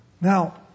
Now